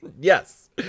Yes